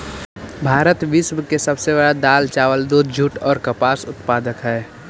भारत विश्व के सब से बड़ा दाल, चावल, दूध, जुट और कपास उत्पादक हई